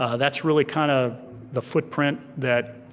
ah that's really kind of the footprint that